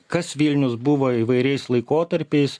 kas vilnius buvo įvairiais laikotarpiais